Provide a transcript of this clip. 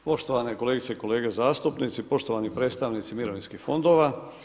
Poštovane kolegice i kolege zastupnici, poštovani predstavnici mirovinskih fondova.